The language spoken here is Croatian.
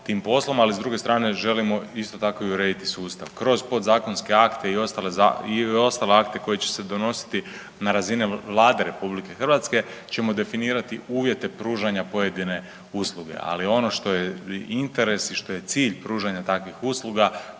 tim poslom, ali s druge strane želimo isto tako i urediti sustav kroz podzakonske akte i ostale akte koji će se donositi na razini Vlade RH ćemo definirati uvjete pružanja pojedine usluge. Ali ono što je interes i što je cilj pružanja takvih usluga